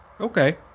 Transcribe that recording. Okay